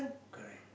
correct